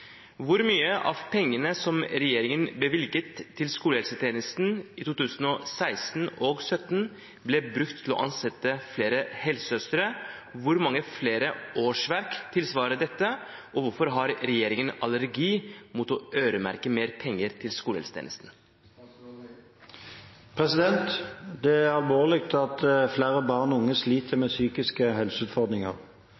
Hvor mye av pengene som regjeringen bevilget til skolehelsetjenesten i 2016 og 2017, ble brukt til å ansette flere helsesøstre, hvor mange flere årsverk tilsvarer dette, og hvorfor har regjeringen allergi mot å øremerke mer penger til skolehelsetjenesten?» Det er alvorlig at flere barn og unge sliter